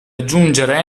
aggiungere